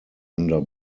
under